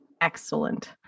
excellent